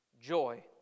Joy